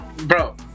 Bro